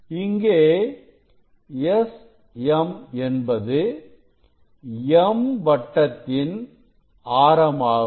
இங்கே Sm என்பது m வட்டத்தின் ஆரமாகும்